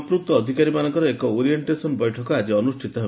ସଂପୂକ୍ତ ଅଧିକାରୀମାନଙ୍କର ଏକ ଓରିଏଣ୍ଟେସନ୍ ବୈଠକ ଆଜି ଅନୁଷ୍ଠିତ ହେବ